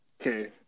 okay